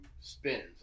spins